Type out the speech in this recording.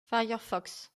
firefox